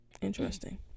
interesting